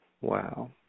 Wow